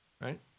right